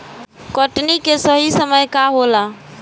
कटनी के सही समय का होला?